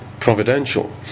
providential